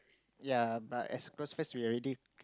yea but as close friend we already